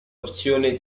opzione